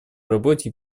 работе